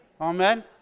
amen